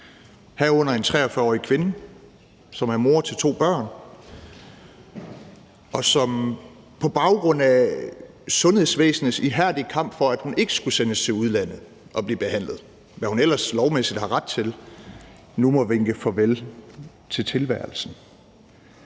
er der en 43-årig kvinde, som er mor til to børn, og som på baggrund af sundhedsvæsenets ihærdige kamp for, at hun ikke skulle sendes til udlandet og blive behandlet, hvad hun ellers lovmæssigt har ret til, nu må vinke farvel til tilværelsen.